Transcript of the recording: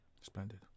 Splendid